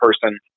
person